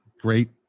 great